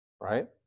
Right